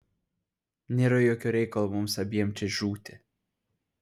nėra jokio reikalo mums abiem čia žūti